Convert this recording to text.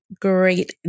great